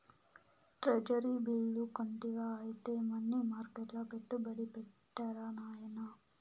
treasury bill కొంటివా ఐతే money మర్కెట్ల పెట్టుబడి పెట్టిరా నాయనా